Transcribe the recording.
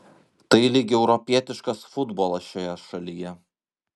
tai lyg europietiškas futbolas šioje šalyje